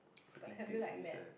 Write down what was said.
but have you like met